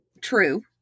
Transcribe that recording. True